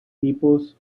tipos